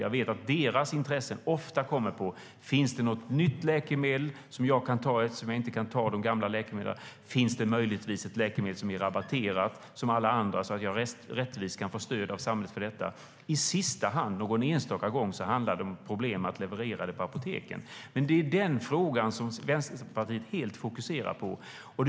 Jag vet att deras intresse ofta gäller: Finns det något nytt läkemedel som jag kan ta, eftersom jag inte kan ta de gamla läkemedlen? Finns det möjligtvis ett läkemedel som är rabatterat som alla andra, så att jag rättvist kan få stöd av samhället för det? Någon enstaka gång handlar det om problem att leverera läkemedel på apoteket. Men det är den frågan som Vänsterpartiet fokuserar helt på.